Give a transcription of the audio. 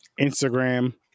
Instagram